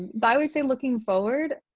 but i would say looking forward,